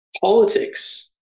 politics